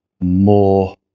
more